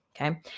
Okay